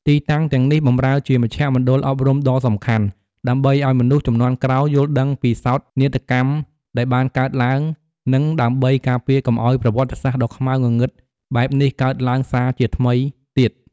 ទីតាំងទាំងនេះបម្រើជាមជ្ឈមណ្ឌលអប់រំដ៏សំខាន់ ដើម្បីឱ្យមនុស្សជំនាន់ក្រោយយល់ដឹងពីសោកនាដកម្មដែលបានកើតឡើង និងដើម្បីការពារកុំឱ្យប្រវត្តិសាស្ត្រដ៏ខ្មៅងងឹតបែបនេះកើតឡើងសារជាថ្មីទៀត។